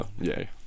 Yay